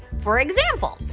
for example,